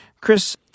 Chris